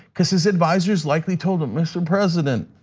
cuz his advisors likely told him, mr. president,